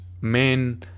men